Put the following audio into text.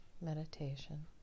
meditation